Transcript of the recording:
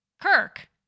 Kirk